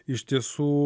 iš tiesų